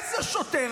איזה שוטר,